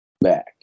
back